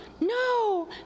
no